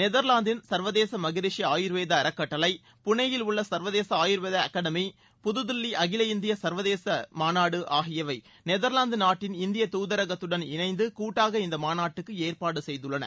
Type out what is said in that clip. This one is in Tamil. நெதர்லாந்தின் சர்வதேச மகரிஷி ஆயுர்வேத அறக்கட்டளை புனேயில் உள்ள சர்வதேச ஆயுர்வேத அகடமி புதுதில்லி அகில இந்திய ஆயுர்வேத மாநாடு ஆகியவை நெதர்வாந்து நாட்டின் இந்திய தூதரகத்துடன் இணைந்து கூட்டாக இந்த மாநாட்டுக்கு ஏற்பாடு செய்துள்ளன